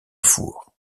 fours